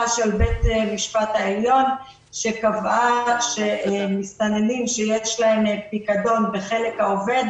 של בית המשפט העליון שקבעה שמסתננים שיש להם פיקדון בחלק העובד,